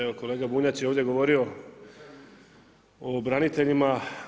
Evo kolega Bunjac je ovdje govorio o braniteljima.